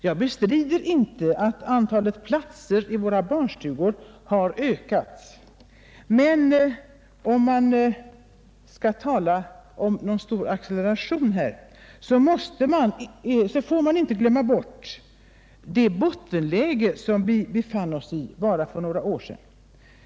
Jag bestrider inte att antalet platser i våra barnstugor har ökat, men om man skall tala om någon stor acceleration, får man inte glömma bort det bottenläge som vi befann oss i bara för några år sedan.